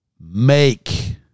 make